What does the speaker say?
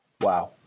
Wow